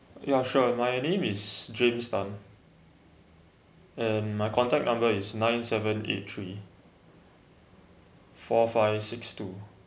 ya sure my name is james tan and my contact number is nine seven eight three four five six two